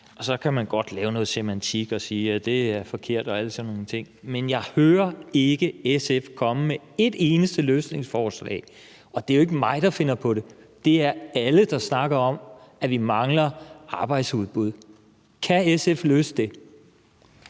Og så kan man godt lave noget semantik og sige, at det er forkert, og alle sådan nogle ting, men jeg hører ikke SF komme med et eneste løsningsforslag. Og det er jo ikke mig, der finder på det. Det er alle, der snakker om, at vi mangler arbejdsudbud. Kan SF løse det?